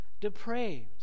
depraved